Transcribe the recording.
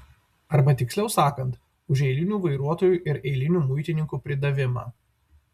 arba tiksliau sakant už eilinių vairuotojų ir eilinių muitininkų pridavimą